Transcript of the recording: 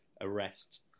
arrest